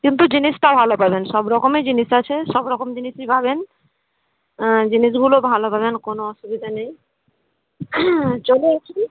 কিন্তু জিনিসটা ভালো পাবেন সব রকমই জিনিস আছে সব রকম জিনিসই পাবেন জিনিসগুলো ভালো পাবেন কোনো অসুবিধে নেই চলে আসুন